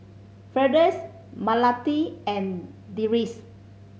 Firdaus Melati and Deris